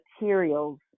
materials